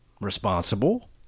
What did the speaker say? responsible